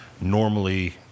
normally